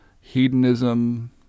hedonism